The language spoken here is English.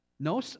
No